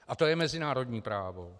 A to je mezinárodní právo.